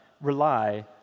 rely